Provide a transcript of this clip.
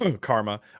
Karma